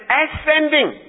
ascending